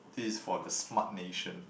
this is for the smart nation